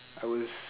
I was